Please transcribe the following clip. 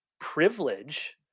privilege